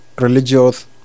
religious